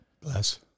Bless